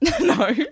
No